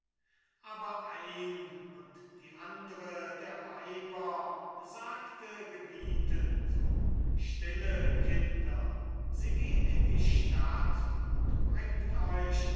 aber ein und die andre der weiber sagte gebietend stille kinder sie geht in die stadt und bringt euch